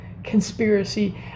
conspiracy